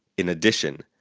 in addition,